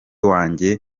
wanjye